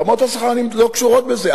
רמות השכר לא קשורות בזה,